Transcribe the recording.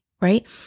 right